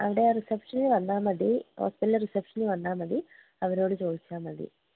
അവിടെ ആ റിസപ്ഷിനിൽ വന്നാൽ മതി ഹോസ്പിറ്റലിലെ റിസപ്ഷിനിൽ വന്നാൽ മതി അവരോട് ചോദിച്ചാൽ മതി